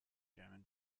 german